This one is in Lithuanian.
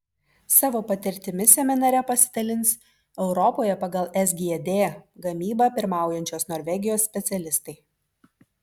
savo patirtimi seminare pasidalins europoje pagal sgd gamybą pirmaujančios norvegijos specialistai